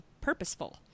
purposeful